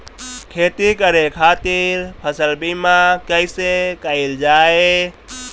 खेती करे के खातीर फसल बीमा कईसे कइल जाए?